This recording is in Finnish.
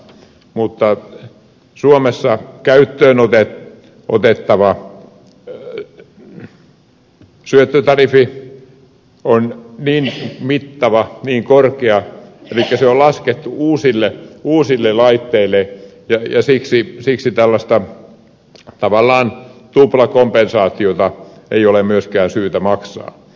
mutta suomessa käyttöön otettava syöttötariffi on niin mittava niin korkea elikkä se on laskettu uusille laitteille ja siksi tällaista tavallaan tuplakompensaatiota ei ole myöskään syytä maksaa